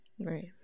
Right